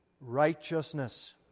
righteousness